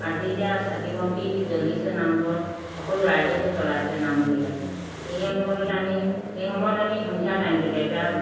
আজি এতিয়া চাকি বন্তি জ্বলিছে নামঘৰত সকলো ৰাইজৰ হৈ জ্বলাইছে নামঘৰীয়াই সেই অনুপাততে আমি সেই সময়ত আমি সন্ধিয়াৰ টাইমটোতে এতিয়া